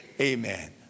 amen